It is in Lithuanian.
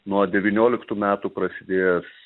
nuo devynioliktų metų prasidėjęs